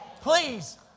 Please